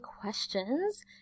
questions